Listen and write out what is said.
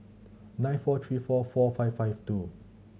nine four three four four five five two